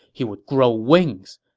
he would grow wings.